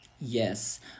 Yes